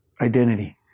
identity